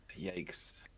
Yikes